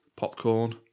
Popcorn